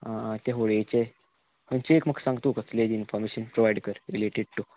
आं आं तें होळयेचे खंयचे एक म्हाका सांग तूं कसले इनफोर्मेशन प्रोवायड कर रिलेटेड टू